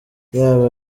yaba